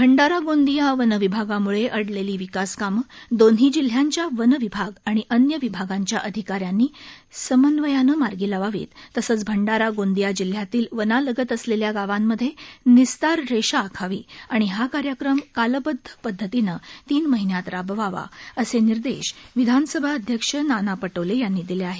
भंडारा गोंदिया वन विभागामुळे अडलेली विकास कामं दोन्ही जिल्ह्यांच्या वन विभाग आणि अन्य विभागांच्या अधिकाऱ्यांनी समन्वयानं मार्गी लावावीत तसंच भंडारा गोंदिया जिल्ह्यातील वनालगत असलेल्या गावांमध्ये निस्तार रेषा आखावी आणि हा कार्यक्रम कालबद्ध पद्धतीने तीन महिन्यात राबवावा असे निर्देश विधानसभा अध्यक्ष नाना पटोले यांनी दिले आहेत